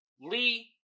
Lee